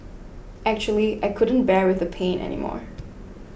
actually I couldn't bear with the pain anymore